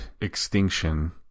extinction